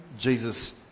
Jesus